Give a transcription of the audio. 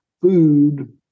food